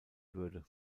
würde